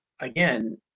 Again